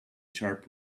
sharp